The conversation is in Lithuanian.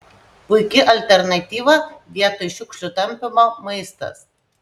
puiki alternatyva vietoj šiukšlių tampymo maistas